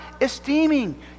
esteeming